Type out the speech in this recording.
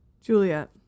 Juliet